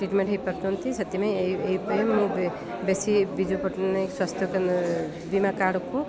treatment ହୋଇପାରୁଛନ୍ତି ସେଥିପାଇଁ ମୁଁ ବେଶୀ ବିଜୁ ପଟ୍ଟନାୟକ ସ୍ୱାସ୍ଥ୍ୟକନ୍ଦ୍ର ବୀମା କାର୍ଡ୍କୁ